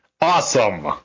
Awesome